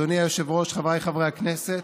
אדוני היושב-ראש, חבריי חברי הכנסת,